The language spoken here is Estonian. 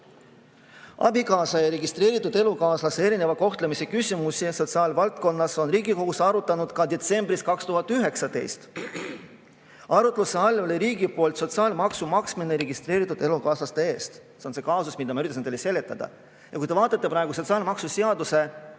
Abikaasa ja registreeritud elukaaslase erineva kohtlemise küsimusi sotsiaalvaldkonnas on Riigikogus arutatud ka detsembris 2019. Arutluse all oli riigi poolt sotsiaalmaksu maksmine registreeritud elukaaslaste eest. See on see kaasus, mida ma üritasin teile seletada. Ja kui te vaatate praegu sotsiaalmaksuseaduse